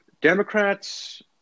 Democrats